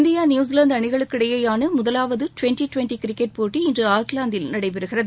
India New Zealand அணிகளுக்கிடையேயான முதலாவது twenty twenty cricket போட்டி இன்று ஆக்லாந்தில் நடைபெறுகிறது